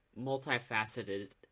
multifaceted